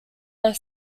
their